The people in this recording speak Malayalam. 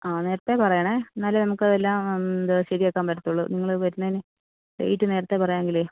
ആ നേരത്തെ പറയണേ എന്നാലേ നമുക്ക് എല്ലാം ഇത് ശരിയാക്കാൻ പറ്റത്തൊളളൂ നിങ്ങൾ വരുന്നതിന് ഡേയ്റ്റ് നേരത്തെ പറയാങ്കിലേ